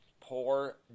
Poor